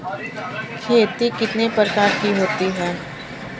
खेती कितने प्रकार की होती है?